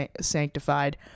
sanctified